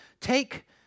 take